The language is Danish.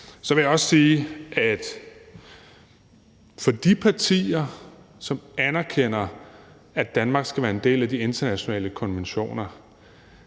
Så vil jeg også sige i forhold til de partier, som anerkender, at Danmark skal være en del af de internationale konventioner,